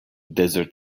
desert